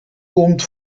komt